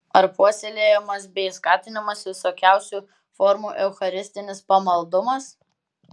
ar puoselėjamas bei skatinamas visokiausių formų eucharistinis pamaldumas